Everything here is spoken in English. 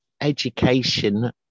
education